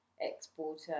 exporter